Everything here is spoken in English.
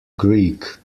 greek